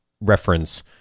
reference